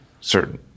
certain